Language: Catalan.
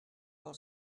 pel